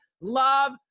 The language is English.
love